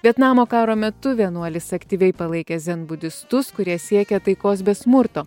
vietnamo karo metu vienuolis aktyviai palaikė zenbudistus kurie siekė taikos be smurto